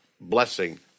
blessing